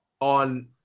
on